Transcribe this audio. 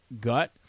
gut